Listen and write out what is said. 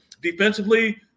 Defensively